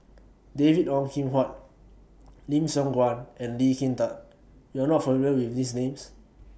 David Ong Kim Huat Lim Siong Guan and Lee Kin Tat YOU Are not familiar with These Names